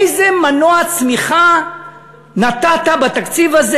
איזה מנוע צמיחה נתת בתקציב הזה?